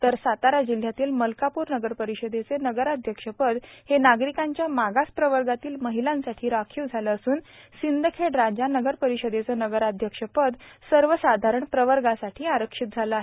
तर सातारा जिल्ह्यातील मलकाप्र नगरपरिषदेचे नगराध्यक्षपद हे नागरिकांच्या मागास प्रवर्गातील महिलांसाठी राखीव झाले असून सिंदखेडराजा नगरपरिषदेचे नगराध्यपद सर्वसाधारण प्रवर्गासाठी आरक्षित झाले आहे